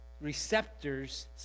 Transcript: receptors